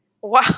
Wow